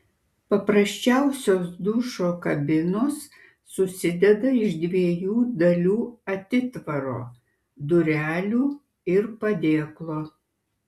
paprasčiausios dušo kabinos susideda iš dviejų dalių atitvaro durelių ir padėklo